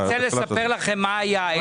אני רוצה לספר לכם מה היה.